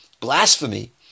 blasphemy